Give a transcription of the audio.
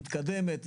מתקדמת.